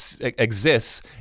exists